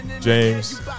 James